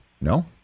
No